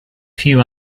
few